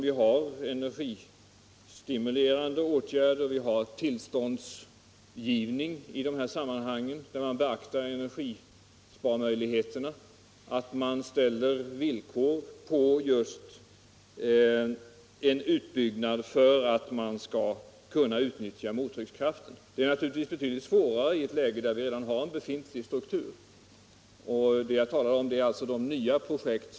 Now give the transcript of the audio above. Vid tillståndsgivningen beaktar man möjligheterna att åstadkomma energibesparing, och man ställer ofta som villkor vid en utbyggnad att mottryckskraften skall kunna utnyttjas. Det är naturligtvis svårare i de fall där vi redan har en befintlig struktur. Vad jag här åsyftar är alltså de nya projekten.